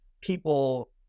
people